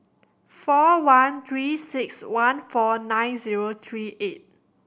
four one Three Six One four nine zero three eight